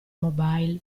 mobile